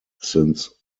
since